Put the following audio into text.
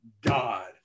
God